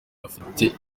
afite